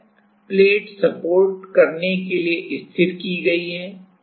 तो यह plate support करने के लिए स्थिर की गई है